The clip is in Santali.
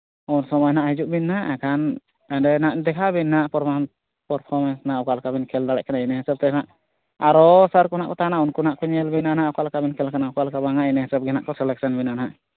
ᱩᱱ ᱥᱚᱢᱚᱭ ᱦᱤᱡᱩᱜ ᱵᱤᱱ ᱱᱟᱦᱜ ᱮᱱᱠᱷᱟᱱ ᱮᱸᱰᱮ ᱱᱟᱜ ᱫᱮᱠᱷᱟᱣ ᱵᱤᱱ ᱱᱟᱜ ᱯᱨᱚᱢᱟᱱ ᱯᱟᱨᱯᱷᱚᱢᱮᱱᱥ ᱱᱟᱜ ᱚᱠᱟ ᱞᱮᱠᱟ ᱵᱤᱱ ᱠᱷᱮᱞ ᱫᱟᱲᱮᱭᱟᱜ ᱠᱟᱱᱟ ᱤᱱᱟᱹᱦᱤᱥᱟᱹᱵ ᱛᱮ ᱱᱟᱜ ᱟᱨᱚ ᱥᱟᱨ ᱠᱚ ᱱᱟᱜ ᱠᱚ ᱛᱟᱦᱮᱱᱟ ᱩᱱᱠᱩ ᱱᱟᱦᱜ ᱠᱚ ᱧᱮᱞ ᱵᱤᱱᱟ ᱱᱟᱦᱟᱜ ᱚᱠᱟ ᱞᱮᱠᱟ ᱵᱤᱱ ᱠᱷᱮᱞ ᱠᱟᱱᱟ ᱚᱠᱟ ᱞᱮᱠᱟ ᱵᱟᱝ ᱟ ᱤᱱᱟᱹ ᱦᱤᱥᱟᱹᱵ ᱜᱮ ᱱᱟᱦᱜ ᱠᱚ ᱥᱤᱞᱮᱠᱥᱚᱱ ᱵᱤᱱᱟ ᱱᱟᱜ